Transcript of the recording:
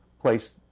placed